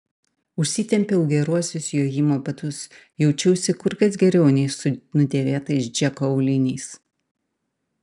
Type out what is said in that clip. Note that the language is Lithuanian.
užsitempiau geruosius jojimo batus jaučiausi kur kas geriau nei su nudėvėtais džeko auliniais